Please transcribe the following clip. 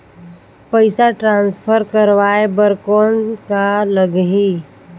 पइसा ट्रांसफर करवाय बर कौन का लगही?